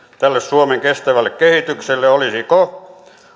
tälle suomen kestävälle kehitykselle olisiko